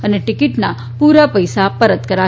અને ટીકીટનાં પુરાં પૈસા પરત કરાશે